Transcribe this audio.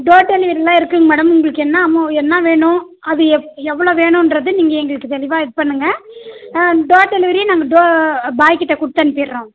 door டெலிவரியெல்லாம் இருக்குதுங்க madam உங்களுக்கு என்ன அமௌண்ட் என்ன வேணும் அது எப் எவ்வளோ வேணுங்றது நீங்கள் எங்களுக்கு தெளிவாக இது பண்ணுங்கள் ஆ டோர் டெலிவரி நாங்கள் டோர் பாய் கிட்டே கொடுத்தணுப்பிட்றோம்